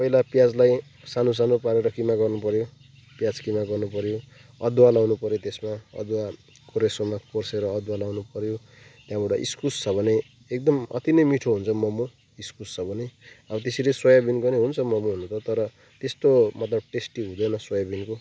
पहिला प्याजलाई सानो सानो पारेर किमा गर्नु पर्यो प्याज किमा गर्नु पर्यो अदुवा लाउनु पर्यो त्यसमा अदुवा कोरेसोमा कोरेर अदुवा लाउनु पर्यो त्यहाँबाट इस्कुस छ भने एकदम अति नै मिठो हुन्छ मोमो इस्कुस छ भने अब त्यसरी सोयाबिनको पनि हुन्छ मोमो हुन त तर त्यस्तो मतलब टेस्टी हुँदैन सोयाबिनको